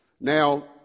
Now